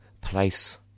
place